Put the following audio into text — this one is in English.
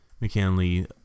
McKinley